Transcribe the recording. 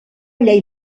llei